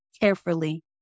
Carefully